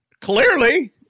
Clearly